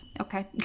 Okay